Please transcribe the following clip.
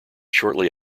shortly